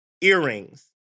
earrings